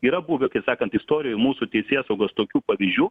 yra buvę kaip sakant istorijoj mūsų teisėsaugos tokių pavyzdžių